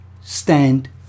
stand